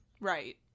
Right